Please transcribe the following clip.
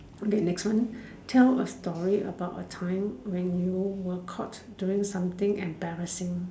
then next one tell a story about a time when you were caught doing something embarrassing